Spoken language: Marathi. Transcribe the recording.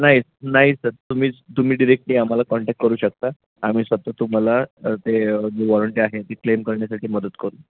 नाही नाही सर तुम्ही तुम्ही डिरेक्टली आम्हाला कॉन्टॅक्ट करू शकता आम्ही स्वतः तुम्हाला ते जी वॉरंटी आहे ती क्लेम करण्यासाठी मदत करू